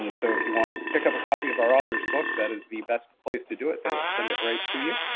um so if you want to pick up a copy of our author's book that is the best place to do it. they will send it right to you.